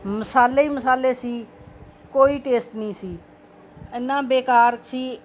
ਮਸਾਲੇ ਹੀ ਮਸਾਲੇ ਸੀ ਕੋਈ ਟੇਸਟ ਨਹੀਂ ਸੀ ਇੰਨਾ ਬੇਕਾਰ ਸੀ